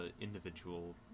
individual